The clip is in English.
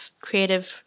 creative